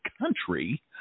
country